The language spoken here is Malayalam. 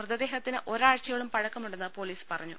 മൃതദേഹത്തിന് ഒരാഴ്ചയോളം പഴക്കമുണ്ടെന്ന് പോലീസ് പറഞ്ഞു